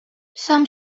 sam